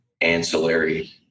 ancillary